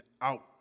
out